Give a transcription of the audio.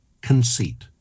conceit